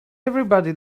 everybody